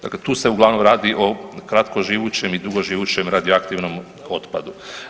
Dakle tu se uglavnom radi o kratkoživućem i dugoživućem radioaktivnom otpadu.